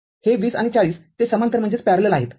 हे २० आणि ४० ते समांतर आहेत